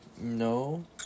No